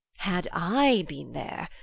had i beene there,